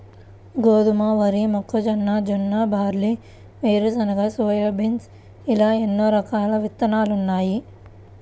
గోధుమ, వరి, మొక్కజొన్న, జొన్న, బార్లీ, వేరుశెనగ, సోయాబీన్ ఇలా ఎన్నో రకాల విత్తనాలున్నాయి